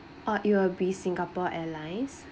ah it will be singapore airlines